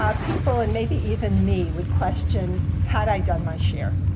um people, and maybe even me, would question had i done my share.